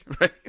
Right